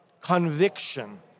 conviction